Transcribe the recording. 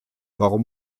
warum